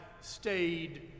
stayed